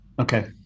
Okay